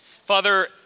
Father